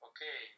Okay